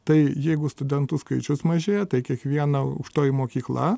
tai jeigu studentų skaičius mažėja tai kiekviena aukštoji mokykla